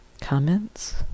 Comments